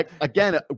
Again